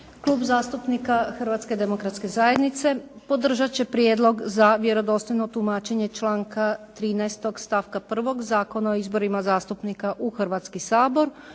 Klub zastupnika Hrvatske demografske zajednice podržati će prijedlog za vjerodostojno tumačenje članka 13. stavka 1. Zakona o izborima zastupnika u Hrvatski sabor